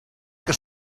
que